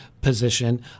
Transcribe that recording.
position